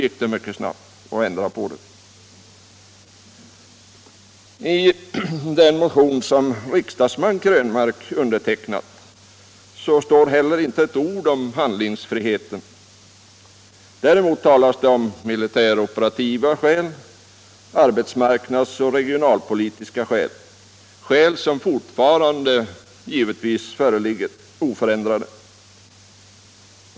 I den motion som riksdagsman Krönmark undertecknat står heller inte ett ord om handlingsfriheten. Däremot talas det om militäroperativa skäl, arbetsmarknadsskäl och regionalpolitiska skäl. Det är skäl som givetvis fortfarande föreligger oförändrade.